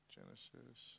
Genesis